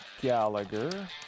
Gallagher